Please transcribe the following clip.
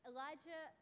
Elijah